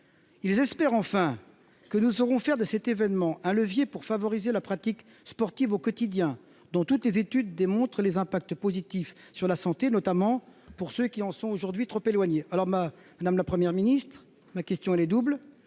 Ils espèrent enfin que nous saurons faire de cet événement un levier pour favoriser la pratique sportive au quotidien, dont toutes les études démontrent les effets positifs sur la santé, notamment pour ceux qui en sont aujourd'hui trop éloignés. Madame la Première ministre, comment le